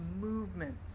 movement